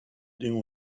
new